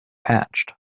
hatched